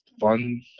fun